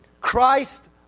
Christ